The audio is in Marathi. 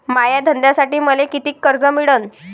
माया धंद्यासाठी मले कितीक कर्ज मिळनं?